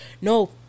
no